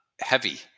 heavy